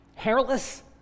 Hairless